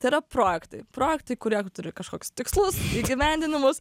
tai yra projektai projektai kurie turi kažkokius tikslus įgyvendinimus